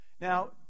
Now